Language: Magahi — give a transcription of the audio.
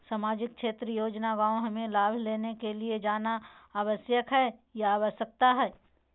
सामाजिक क्षेत्र योजना गांव हमें लाभ लेने के लिए जाना आवश्यकता है आवश्यकता है?